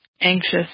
anxious